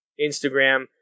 Instagram